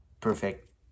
perfect